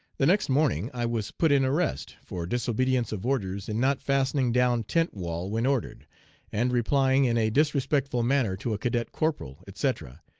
the next morning i was put in arrest for disobedience of orders in not fastening down tent wall when ordered and replying in a disrespectful manner to a cadet corporal etc.